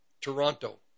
Toronto